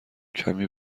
کمی